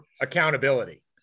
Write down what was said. accountability